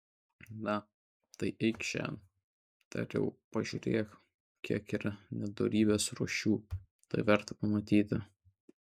na tai eikš šen tariau pažiūrėk kiek yra nedorybės rūšių tai verta pamatyti